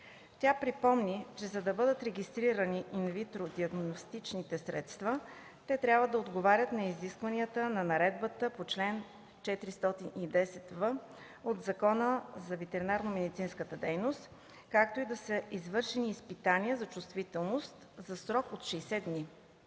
Тя припомни, че за да бъдат регистрирани инвитро диагностичните средства, те трябва да отговарят на изискванията на наредбата по чл. 410в от Закона за ветеринарномедицинската дейност, както и да са извършени изпитвания за чувствителност за срок от 60 дни.